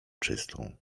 czystą